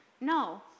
No